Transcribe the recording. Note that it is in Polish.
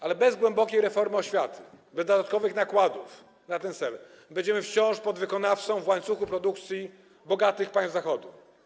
Jednak bez głębokiej reformy oświaty, bez dodatkowych nakładów na ten cel będziemy wciąż podwykonawcą w łańcuchu produkcji bogatych państw Zachodu.